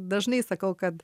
dažnai sakau kad